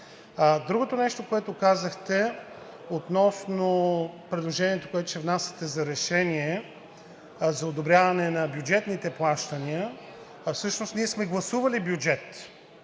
Другото нещо, което казахте относно предложението, което ще внасяте за решение за одобряване на бюджетните плащания. Всъщност ние сме гласували бюджет.